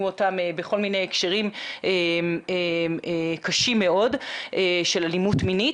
אותם בכל מיני הקשרים קשים מאוד של אלימות מינית.